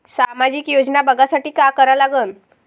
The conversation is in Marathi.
सामाजिक योजना बघासाठी का करा लागन?